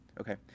okay